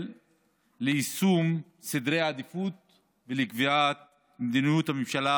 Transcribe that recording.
ליישום סדר העדיפויות ולקביעת מדיניות הממשלה